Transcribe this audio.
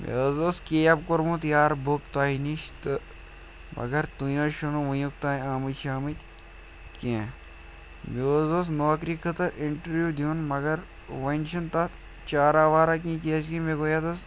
مےٚ حظ اوس کیب کوٚرمُت یارٕ بُک تۄہہِ نِش تہٕ مگر تُہۍ نہٕ حظ چھُو نہٕ وٕنیُک تام آمٕتۍ شامٕتۍ کیٚنٛہہ مےٚ حظ اوس نوکری خٲطرٕ اِنٹَروِو دیُن مگر وۄنۍ چھُنہٕ تَتھ چاراہ وارا کیٚنٛہہ کیٛازکہِ مےٚ گوٚو ییٚتہِ نَس